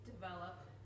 Develop